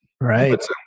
Right